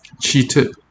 cheated